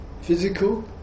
physical